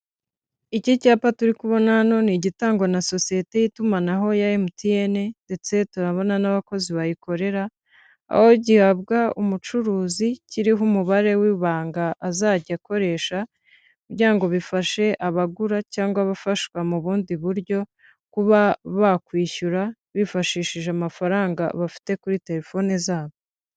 Iki cyapa turi kubona hano ni igitangwa na sosiyete y'itumanaho ya MTN, ndetse turabona n'abakozi bayikorera, aho gihabwa umucuruzi kiriho umubare w'ibanga azajya akoresha, kugira ngo bifashe abagura cyangwa abafashwa mu bundi buryo, kuba bakwishyura bifashishije amafaranga bafite kuri telefoni zabo.